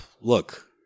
look